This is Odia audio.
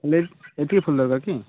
ଏତିକି ଫୁଲ ଦରକାର କି